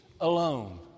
alone